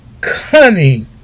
cunning